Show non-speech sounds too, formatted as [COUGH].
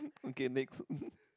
okay next [LAUGHS]